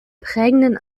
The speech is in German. prägenden